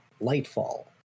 Lightfall